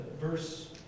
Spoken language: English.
verse